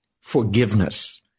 forgiveness